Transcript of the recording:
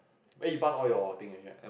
ray you pass all your thing already right